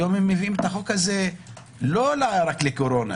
היום הם מביאים את החוק הזה לא רק לקורונה